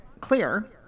clear